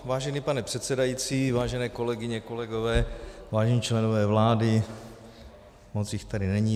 Vážený pane předsedající, vážené kolegyně, kolegové, vážení členové vlády moc jich tady není.